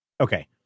Okay